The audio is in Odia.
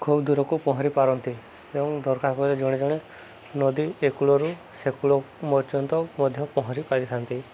ଖୁବ ଦୂରକୁ ପହଁରି ପାରନ୍ତି ଏବଂ ଦରକାର ପଡ଼ିଲେ ଜଣେ ଜଣେ ନଦୀ ଏକୁଳରୁ ସେକୁଳକୁ ପର୍ଯ୍ୟନ୍ତ ମଧ୍ୟ ପହଁରି ପାରିଥାନ୍ତି